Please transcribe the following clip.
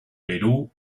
perú